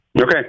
Okay